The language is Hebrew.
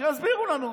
שיסבירו לנו.